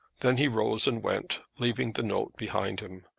then he rose and went, leaving the note behind him.